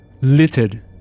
littered